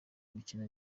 imikino